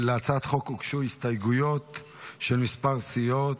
להצעת החוק הוגשו הסתייגויות של מספר סיעות.